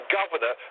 governor